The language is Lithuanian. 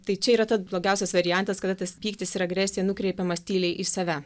tai čia yra tas blogiausias variantas kada tas pyktis ir agresija nukreipiamas tyliai į save